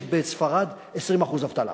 יש בספרד 20% אבטלה,